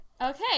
Okay